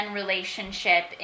relationship